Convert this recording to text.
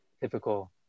typical